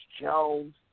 Jones